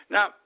Now